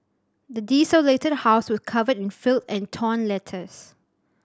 the desolated house was covered in filth and torn letters